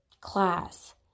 class